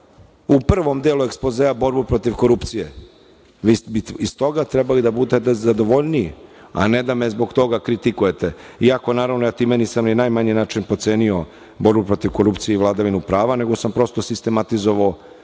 u prvom delu ekspozea borbu protiv korupcije, vi biste iz toga trebali da budete zadovoljniji, a ne da me zbog toga kritikujete, iako naravno ja time nisam ni na najmanji način potcenio borbu protiv korupcije i vladavinu prava, nego sam prosto sistematizovao